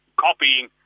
copying